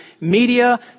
media